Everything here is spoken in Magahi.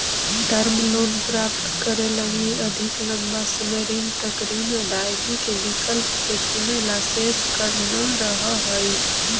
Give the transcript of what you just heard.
टर्म लोन प्राप्त करे लगी अधिक लंबा समय तक ऋण अदायगी के विकल्प के चुनेला शेष कर न रहऽ हई